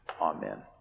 Amen